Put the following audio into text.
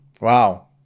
Wow